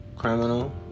criminal